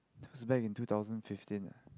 just back in two thousand fifteen